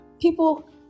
people